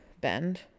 bend